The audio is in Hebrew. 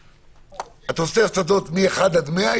אתה עושה יסודות מ-1 עד 100,